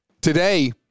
Today